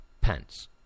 Pence